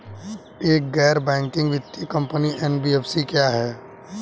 एक गैर बैंकिंग वित्तीय कंपनी एन.बी.एफ.सी क्या है?